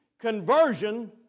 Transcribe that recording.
conversion